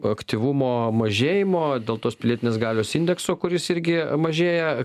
aktyvumo mažėjimo dėl tos pilietinės galios indekso kuris irgi mažėja